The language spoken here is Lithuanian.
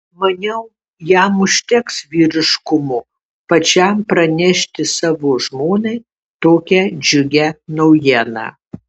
maniau jam užteks vyriškumo pačiam pranešti savo žmonai tokią džiugią naujieną